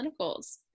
clinicals